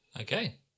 Okay